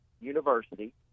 University